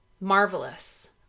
marvelous